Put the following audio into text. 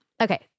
Okay